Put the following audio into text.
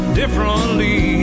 differently